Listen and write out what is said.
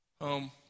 home